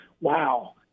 wow